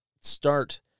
start